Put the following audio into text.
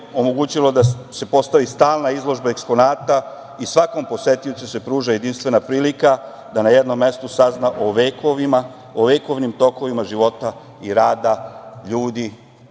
da se postavi stalna izložba eksponata i svakom posetiocu se pruža jedinstvena prilika da na jednom mestu sazna o vekovnim tokovima života i rada ljudi